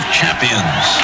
champions